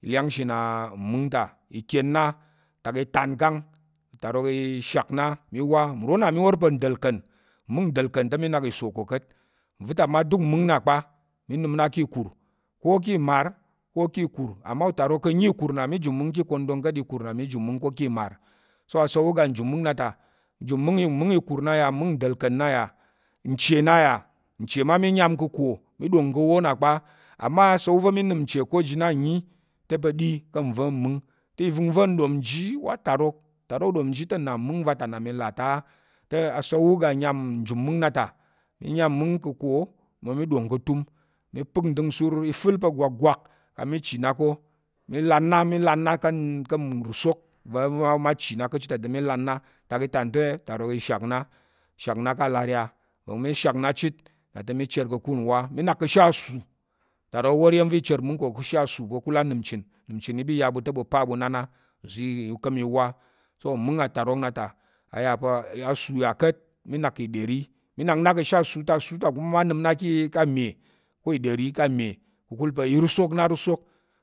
Ilyangshi á mung ta ikyén na, tak i tán kang utarok i shak na i wa, nro nna mi wor pa̱ nɗa̱lka̱n mi nak iso ko ka̱t nva̱ ta mma mung nna kpa mi nəm na ká̱ ikur, ko ki mar, te utarok ka̱ nyi nkur nna mi jum mung ká̱ ikoɗong ka̱t, ikur na mi jum ko ki imar, mung ikur na ya mung nɗa̱lka̱n nna ya, nche nna ya, nche mma mi nyam ka̱ ako, mi ɗong ka̱ awo nna kpa amma asa̱l wu va̱ mi nəm nche ko jina nyi te pa̱ ɗi ka̱ nva̱ mung ka̱ va̱ngva̱ nɗom ji wa atarok te nna mung va ta na mi là ta á, te asa̱l awu aga nyam mung na ta, mi nyam mung ka̱ ako, mi ɗong a̱ tum mi pək ndəng nsur, i fel pa̱ gakgak kang mi chi na ko mi lan na mi lan na ka̱ ndəng nrusok abaya va̱ ɓa ma chi na ka̱ ta chit te mi lan na, atak i tán te utarok i shak na, i shak na ká̱ alariya nva̱ mi shak na chit te mi nak ka̱kul nwá mi nak ka̱ ashe asu. utarok i wor iya̱m mi chər mung ka̱ mung ko ka̱ asu, unəm chen i ɓa i ya te ɓu pa ɓu na na i wá so mung atarok nna ta, a yà pa̱ asu ya ka̱t, te nak a kà̱ ìɗəri i nak na ka̱ she ta su ta su ta kuma mma nəm na ka̱ ame ko iɗəri ko ame